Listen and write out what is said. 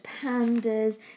pandas